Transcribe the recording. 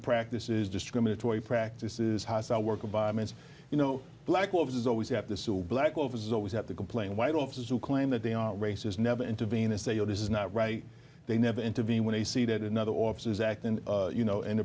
practice is discriminatory practices hostile work environment you know black officers always have to sue black officers always have to complain white officers who claim that they are racist never intervene and say oh this is not right they never intervene when they see that another officer is act and you know and